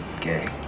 gay